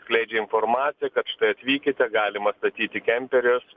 skleidžia informaciją kad štai atvykite galima statyti kemperius